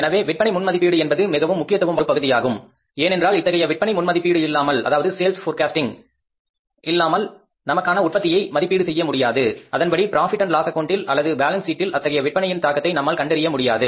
எனவே விற்பனை முன்மதிப்பீடு என்பது மிகவும் முக்கியத்துவம் வாய்ந்த ஒரு பகுதியாகும் ஏனென்றால் இத்தகைய விற்பனை முன் மதிப்பீடு இல்லாமல் நமக்கான உற்பத்தியை மதிப்பீடு செய்ய முடியாது அதன்படி ப்ராபிட் அண்ட் லாஸ் அக்கௌண்டில் அல்லது பேலன்ஸ் சீட்டில் அத்தகைய விற்பனையில் தாக்கத்தை நம்மால் கண்டறிய முடியாது